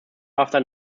after